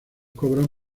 cobran